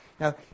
Now